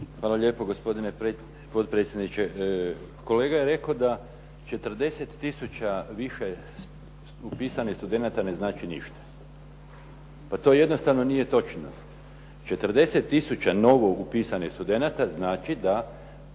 Hvala lijepo gospodine potpredsjedniče. Kolega je rekao da 40 tisuća više upisanih studenata ne znači ništa. Pa to jednostavno nije točno. 40 tisuća novoupisanih studenata znači da